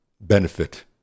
benefit